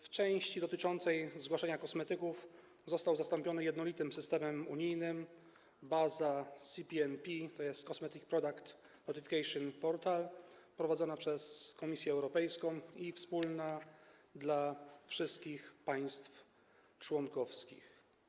W części dotyczącej zgłaszania kosmetyków został zastąpiony jednolitym systemem unijnym - bazą CPNP, tj. Cosmetic Products Notification Portal, prowadzoną przez Komisję Europejską i wspólną dla wszystkich państw członkowskich.